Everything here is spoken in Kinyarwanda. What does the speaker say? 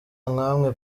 nkamwe